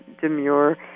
demure